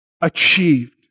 achieved